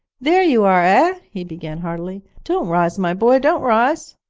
there you are, ah he began heartily don't rise, my boy, don't rise